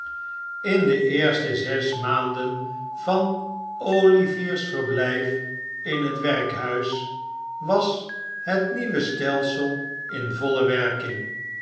in de eerste zes maanden van olivier's verblijf in het werkhuis was het nieuwe stelsel in volle werking